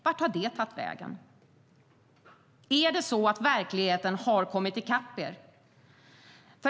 Vart har det tagit vägen?